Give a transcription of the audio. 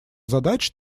задач